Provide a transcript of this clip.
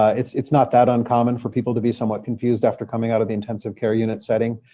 ah it's it's not that uncommon for people to be somewhat confused after coming out of the intensive care unit setting.